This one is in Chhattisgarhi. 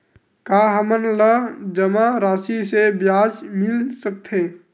का हमन ला जमा राशि से ब्याज मिल सकथे?